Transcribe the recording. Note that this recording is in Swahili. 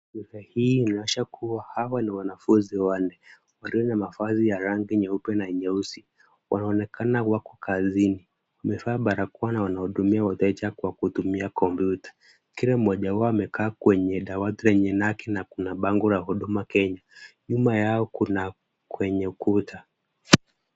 Picha hii inaonyesha kuwa hawa ni wanafunzi wanne, walio na mavazi ya rangi nyeupe na nyeusi. Wanaonekana wako kazini. Wamevaa balakoa na wanahudumia wateja kutumia kompyuta. Kila mmoja wao amekaa kwenye dawati lenye naki na kuna bango la Huduma Kenya. Nyuma yao kuna kwenye ukuta.